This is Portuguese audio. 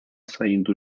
saindo